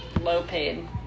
low-paid